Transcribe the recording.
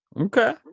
Okay